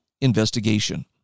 investigation